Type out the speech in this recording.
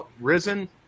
risen